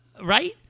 Right